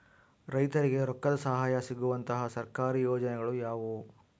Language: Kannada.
ರೈತರಿಗೆ ರೊಕ್ಕದ ಸಹಾಯ ಸಿಗುವಂತಹ ಸರ್ಕಾರಿ ಯೋಜನೆಗಳು ಯಾವುವು?